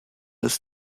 ist